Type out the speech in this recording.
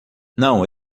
não